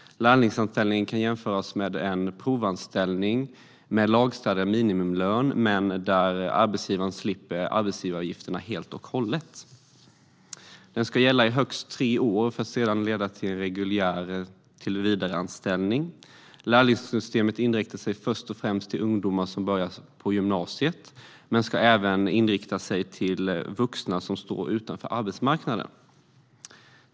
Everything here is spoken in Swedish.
Lärlingsanställningen kan jämföras med en provanställning med lagstadgad minimilön, men arbetsgivaren slipper arbetsgivaravgifterna helt och hållet. Den ska gälla i högst tre år för att sedan leda till en reguljär tillsvidareanställning. Lärlingssystemet inriktar sig först och främst mot ungdomar som börjar på gymnasiet, men ska även inrikta sig mot vuxna som står utanför arbetsmarknaden.